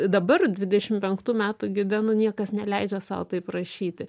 dabar dvidešim penktų metų gide nu niekas neleidžia sau taip rašyti